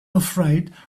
afraid